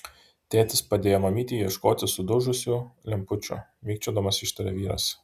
tėtis padėjo mamytei ieškoti sudužusių lempučių mikčiodamas ištarė vyras